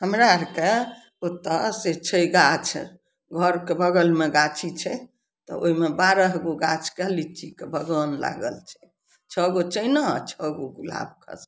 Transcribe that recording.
हमरा आरके ओतऽ से छै गाछ घरके बगलमे गाछी छै तऽ ओइमे बारह गो गाछके लीचीके बगान लागल छै छओ गो चाइना छओ गो गुलाबखास